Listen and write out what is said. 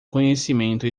conhecimento